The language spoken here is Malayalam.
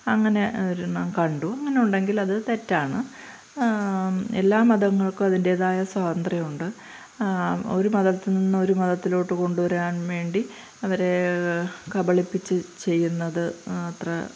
അങ്ങനെ ഒരെണ്ണം കണ്ടു അങ്ങനെയുണ്ടെങ്കിൽ അത് തെറ്റാണ് എല്ലാ മതങ്ങൾക്കും അതിൻ്റേതായ സ്വാതന്ത്ര്യമുണ്ട് ഒരു മതത്തിൽ നിന്നൊരു മതത്തിലോട്ട് കൊണ്ടുവരാൻ വേണ്ടി അവരേ കബളിപ്പിച്ച് ചെയ്യുന്നത് അത്ര